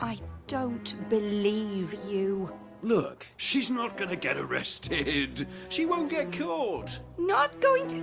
i don't believe you look, she's not gonna get arrested she won't get caught not going to.